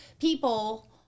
people